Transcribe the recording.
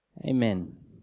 Amen